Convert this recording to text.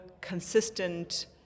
consistent